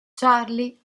charlie